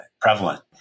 prevalent